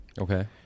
Okay